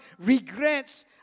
regrets